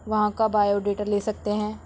وہاں کا biodata لے سکتے ہیں